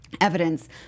Evidence